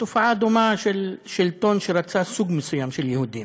תופעה דומה של שלטון שרצה סוג מסוים של יהודים.